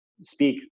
speak